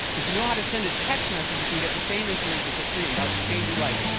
if you know how to send a text message, you can get the same information for free. i'm about to change your life.